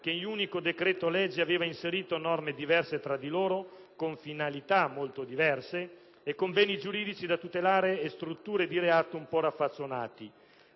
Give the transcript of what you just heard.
che, in un unico decreto‑legge, aveva inserito norme diverse tra loro, con finalità molto diverse, e con beni giuridici da tutelare e strutture di reato un po' raffazzonate.